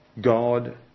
God